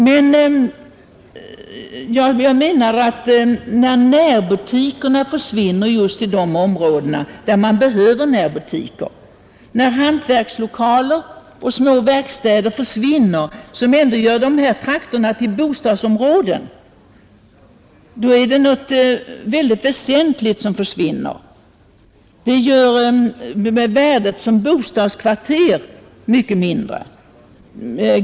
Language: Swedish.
Men jag menar att då närbutikerna försvinner just i de områden där man behöver närbutiker, då hantverkslokaler och små verkstäder försvinner som ändå gör de här trakterna till bostadsområden, då är det något väldigt väsentligt som försvinner. Det gör värdet av dessa områden som bostadskvarter mycket mindre.